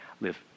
live